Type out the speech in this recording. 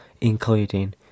including